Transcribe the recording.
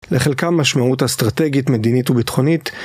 לחלקם משמעות אסטרטגית, מדינית וביטחונית.